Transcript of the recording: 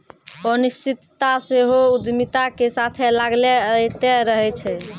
अनिश्चितता सेहो उद्यमिता के साथे लागले अयतें रहै छै